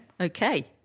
Okay